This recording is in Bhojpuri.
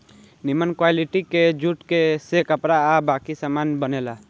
निमन क्वालिटी के जूट से कपड़ा आ बाकी सामान बनेला